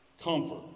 Comfort